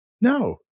no